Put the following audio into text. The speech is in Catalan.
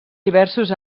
diversos